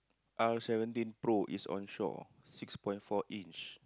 R seventeen pro is on shore six point four inch